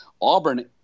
Auburn